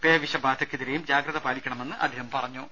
പേവിഷബാധക്കെതിരെയും ജാഗ്രത് പാലിക്കണമെന്ന് അദ്ദേഹം പറഞ്ഞു